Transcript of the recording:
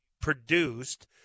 produced